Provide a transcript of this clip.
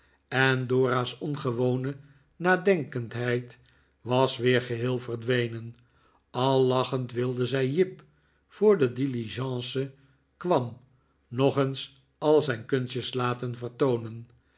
en dora's ongewone nadenkendheid was weer geheel verdwenen al lachend wilde zij jip voor de diligence kwam nog eens al zijn kunstjes laten vertoonen